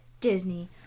Disney